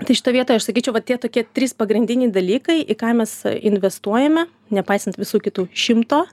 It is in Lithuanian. tai šitoj vietoj aš sakyčiau vat tie tokie trys pagrindiniai dalykai į ką mes investuojame nepaisant visų kitų šimto